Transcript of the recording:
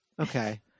Okay